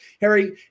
Harry